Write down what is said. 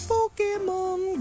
Pokemon